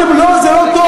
לא, זה לא טוב.